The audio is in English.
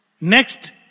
Next